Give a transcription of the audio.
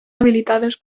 habilitades